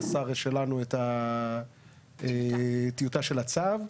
לשר שלנו טיוטה של הצו,